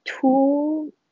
two